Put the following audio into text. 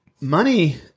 money